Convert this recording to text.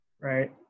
right